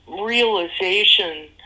realization